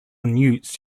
newts